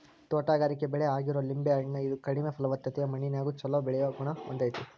ತೋಟಗಾರಿಕೆ ಬೆಳೆ ಆಗಿರೋ ಲಿಂಬೆ ಹಣ್ಣ, ಇದು ಕಡಿಮೆ ಫಲವತ್ತತೆಯ ಮಣ್ಣಿನ್ಯಾಗು ಚೊಲೋ ಬೆಳಿಯೋ ಗುಣ ಹೊಂದೇತಿ